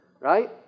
Right